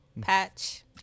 patch